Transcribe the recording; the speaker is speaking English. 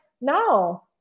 no